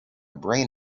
brain